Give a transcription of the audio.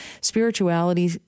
spirituality